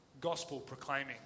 gospel-proclaiming